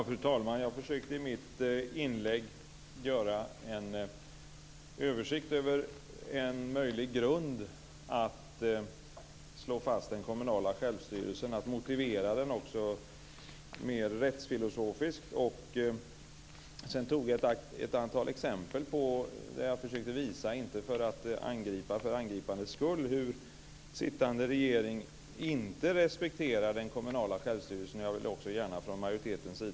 Fru talman! Jag försökte i mitt inlägg göra en översikt över en möjlig grund för att slå fast den kommunala självstyrelsen och också att motivera den mer rättsfilosofiskt. Jag tog upp ett antal exempel där jag försökte visa hur den sittande regeringen inte respekterar den kommunala självstyrelsen; jag angrep inte för angripandets skull.